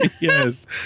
Yes